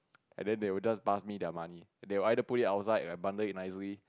and they will just pass me their money they will either put it outside or abundant it nicely